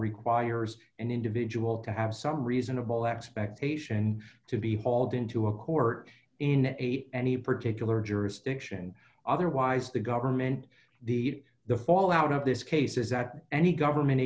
requires an individual to have some reasonable expectation to be hauled into a court in a any particular jurisdiction otherwise the government the the fallout of this case is that any government